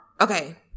Okay